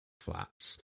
flats